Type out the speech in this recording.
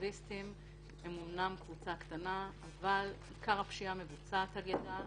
הם אמנם קבוצה קטנה אבל עיקר הפשיעה מבוצעת על-ידם.